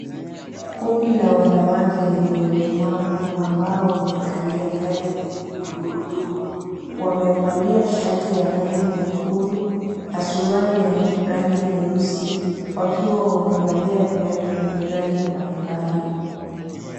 Kundi la wanawake wenye ulemavu ambao wamekalia gari zenye magurudumu. Wamevalia shati ya rangi nyekundu na suruali ya rangi nyeusi, wakiwa wamevalia viatu vyenye rangi mbalimbali.